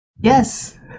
Yes